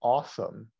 Awesome